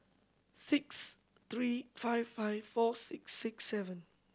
six three five five four six six seven